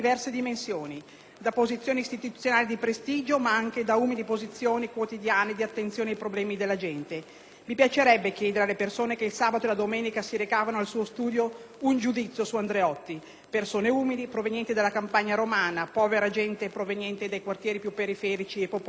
da posizioni istituzionali di prestigio, ma anche da umili e quotidiane attenzioni ai problemi della gente. Mi piacerebbe chiedere alle persone che il sabato e la domenica si recavano al suo studio un giudizio su Andreotti; persone umili, provenienti dalla campagna romana, povera gente proveniente dai quartieri più periferici e popolari della città.